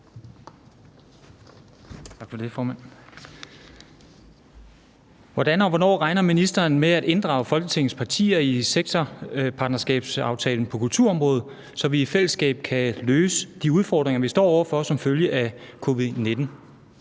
Hvordan og hvornår regner ministeren med at inddrage Folketingets partier i sektorpartnerskabsaftalen på kulturområdet, så vi i fællesskab kan løse de udfordringer, de står over for som følge af covid-19?